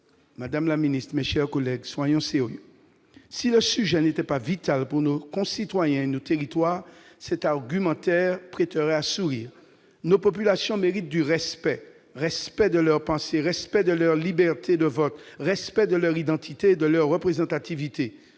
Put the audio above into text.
Madame la ministre, mes chers collègues, soyons sérieux ! Si le sujet n'était pas vital pour nos concitoyens et nos territoires, cet argumentaire prêterait à sourire. Nos populations méritent le respect, celui de leur pensée, de leur liberté de vote, de leur identité et de leur représentativité.